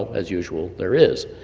as usual there is,